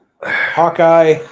Hawkeye